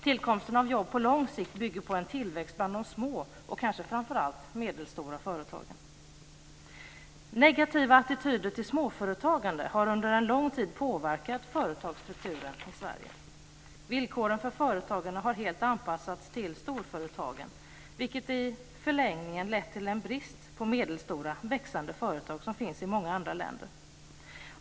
Tillkomsten av jobb på lång sikt bygger på en tillväxt bland de små och kanske framför allt de medelstora företagen. Negativa attityder till småföretagande har under en lång tid påverkat företagsstrukturen i Sverige. Villkoren för företagarna har helt anpassats till storföretagen, vilket i förlängningen lett till en brist på sådana medelstora företag som finns i många andra länder.